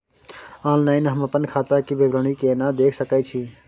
Online हम अपन खाता के विवरणी केना देख सकै छी?